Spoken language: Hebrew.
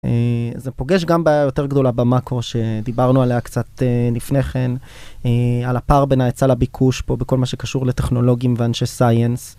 זה פוגש גם בעיה יותר גדולה במאקרו, שדיברנו עליה קצת לפני כן, על הפער בין ההיצע לביקוש פה, בכל מה שקשור לטכנולוגים ואנשי סייאנס.